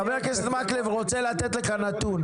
חבר הכנסת מקלב רוצה לתת לך נתון.